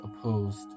opposed